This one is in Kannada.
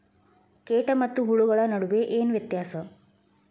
ಕೇಟ ಮತ್ತು ಹುಳುಗಳ ನಡುವೆ ಏನ್ ವ್ಯತ್ಯಾಸ?